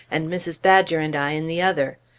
and mrs. badger and i in the other.